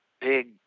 big